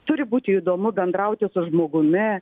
turi būti įdomu bendrauti su žmogumi